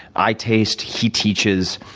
i taste, he teaches.